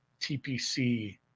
TPC